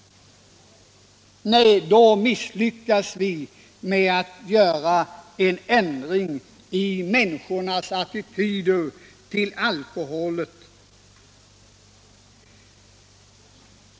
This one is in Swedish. Nej, då misslyckas vi med att ändra människornas attityd till alkoholen.